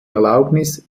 erlaubnis